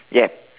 ya